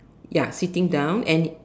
ya sitting down and